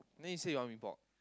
then you say you want mee-pok